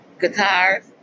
Guitars